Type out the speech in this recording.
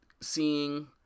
seeing